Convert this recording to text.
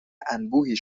انبوهی